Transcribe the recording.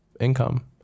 income